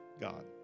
God